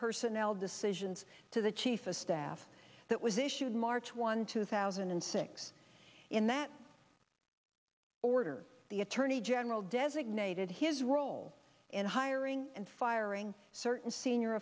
personnel decisions to the chief of staff that was issued march one two thousand and six in that order the attorney general designated his role in hiring and firing certain senior